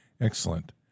Excellent